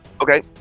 Okay